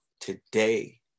today